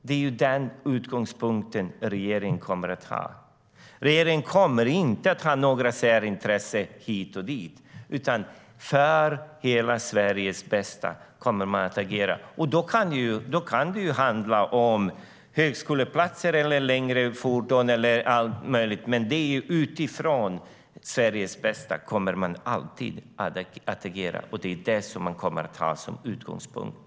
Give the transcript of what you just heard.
Det är den utgångspunkten regeringen har. Regeringen kommer inte att ha några särintressen hit och dit utan kommer att agera för hela Sveriges bästa. Det kan handla om högskoleplatser, längre fordon och allt möjligt annat. Det är utifrån Sveriges bästa som regeringen alltid kommer att agera. Det kommer regeringen att ha som utgångspunkt.